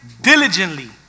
diligently